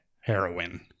heroin